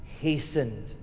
hastened